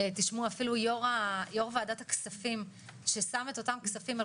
תשמעו אפילו יו"ר ועדת הכספים ששם את אותם כספים על